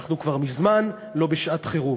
אנחנו כבר מזמן לא בשעת-חירום.